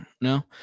No